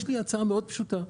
יש לי הצעה מאוד פשוטה.